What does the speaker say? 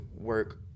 work